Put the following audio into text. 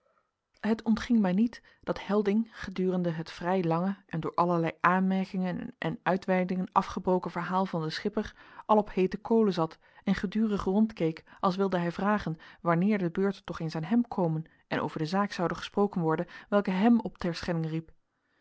het ontging mij niet dat helding gedurende het vrij lange en door allerlei aanmerkingen en uitweidingen afgebroken verhaal van den schipper al op heete kolen zat en gedurig rondkeek als wilde hij vragen wanneer de beurt toch eens aan hem komen en over de zaak zoude gesproken worden welke hem op terschelling riep